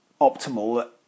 optimal